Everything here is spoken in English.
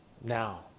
now